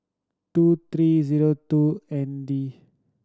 two three zero two N D